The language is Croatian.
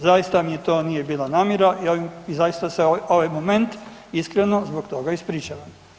Zaista mi to nije bila namjera i zaista se ovaj moment iskreno zbog toga ispričavam.